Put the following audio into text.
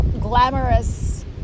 glamorous